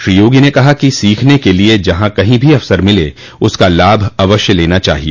श्री योगी ने कहा कि सीखने के लिये जहां कहीं भी अवसर मिले उसका लाभ अवश्य लेना चाहिए